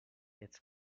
its